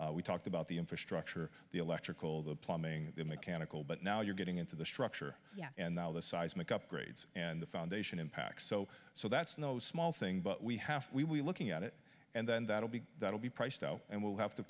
we talked about the infrastructure the electrical the plumbing the mechanical but now you're getting into the structure and now the seismic upgrades and the foundation impacts so so that's no small thing but we have we will be looking at it and then that'll be that'll be priced out and we'll have to